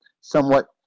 somewhat